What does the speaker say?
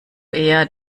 eher